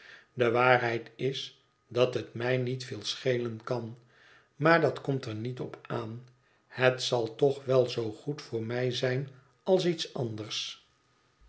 de waarheid is dat het mij niet veel schelen kan maar dat komt er niet op aan het zal toch wel zoo goed voor mij zijn als iets anders